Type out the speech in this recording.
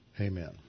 Amen